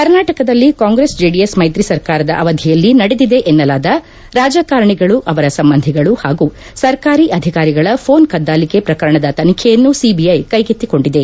ಕರ್ನಾಟಕದಲ್ಲಿ ಕಾಂಗ್ರೆಸ್ ಜೆಡಿಎಸ್ ಮೈತ್ರಿ ಸರ್ಕಾರದ ಅವಧಿಯಲ್ಲಿ ನಡೆದಿದೆ ಎನ್ನಲಾದ ರಾಜಕಾರಣೆಗಳು ಅವರ ಸಂಬಂಧಿಗಳು ಹಾಗೂ ಸರ್ಕಾರಿ ಅಧಿಕಾರಿಗಳ ಫೋನ್ ಕದ್ದಾಲಿಕೆ ಪ್ರಕರಣದ ತನಿಖೆಯನ್ನು ಸಿಬಿಐ ಕ್ಲೆಗೆತ್ತಿಕೊಂಡಿದೆ